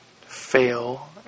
fail